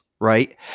right